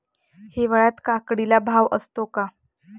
हिवाळ्यात काकडीला भाव असतो का?